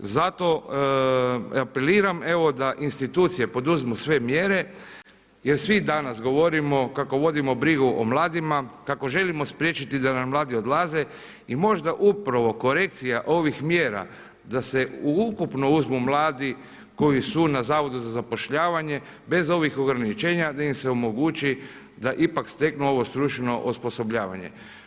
Zato apeliram evo da institucije poduzmu sve mjere jer svi danas govorimo kako vodimo brigu o mladima, kako želimo spriječiti da nam mladi odlaze i možda upravo korekcija ovih mjera da se ukupno uzmu mladi koji su na Zavodu za zapošljavanje bez ovih ograničenja da im se omogući da ipak steknu ovo stručno osposobljavanje.